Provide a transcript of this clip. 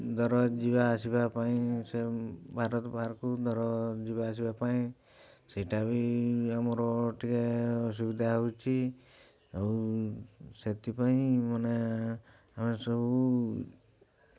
ଧର ଯିବା ଆସିବା ପାଇଁ ସେ ଭାରତ ବାହାରକୁ ଧର ଯିବା ଆସିବା ପାଇଁ ସେଇଟା ବି ଆମର ଟିକେ ଅସୁବିଧା ହେଉଛି ଆଉ ସେଥିପାଇଁ ମାନେ ଆମେ ସବୁ